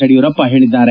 ಯಡಿಯೂರಪ್ಪ ಹೇಳಿದ್ದಾರೆ